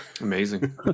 Amazing